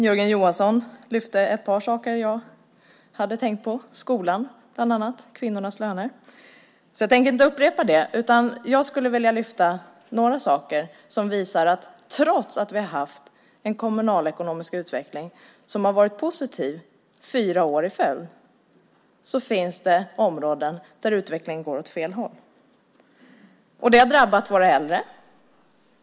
Jörgen Johansson lyfte fram ett par saker jag hade tänkt på, bland annat skolan och kvinnornas löner. Därför tänker jag inte upprepa dessa saker. Jag skulle vilja lyfta fram några saker som visar att trots att vi har haft en positiv kommunalekonomisk utveckling fyra år i följd finns det områden där utvecklingen går åt fel håll. Det har drabbat våra äldre.